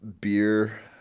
beer